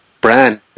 brand